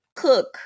Cook